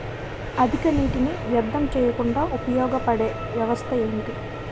అధిక నీటినీ వ్యర్థం చేయకుండా ఉపయోగ పడే వ్యవస్థ ఏంటి